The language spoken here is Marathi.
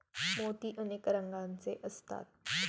मोती अनेक रंगांचे असतात